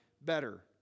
better